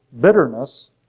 bitterness